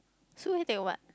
so you take what